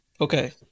Okay